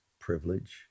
privilege